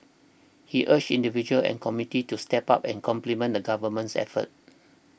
he urged individuals and the community to step up and complement the Government's efforts